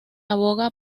aboga